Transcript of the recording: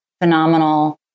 phenomenal